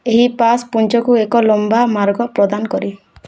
ଏହି ପାସ୍ ପୁଞ୍ଚକୁ ଏକ ଲମ୍ବା ମାର୍ଗ ପ୍ରଦାନ କରେ